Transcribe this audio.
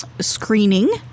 screening